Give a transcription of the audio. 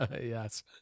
Yes